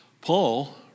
Paul